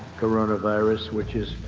coronavirus, which is,